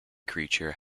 creature